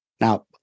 Now